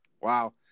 Wow